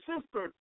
Sister